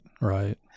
right